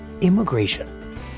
immigration